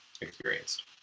experienced